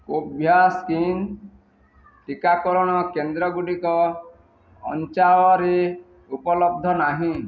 କୋଭ୍ୟାକ୍ସିନ୍ ଟିକାକରଣ କେନ୍ଦ୍ରଗୁଡ଼ିକ ଅଞ୍ଚାଅରେ ଉପଲବ୍ଧ ନାହିଁ